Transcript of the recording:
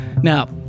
Now